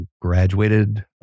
graduated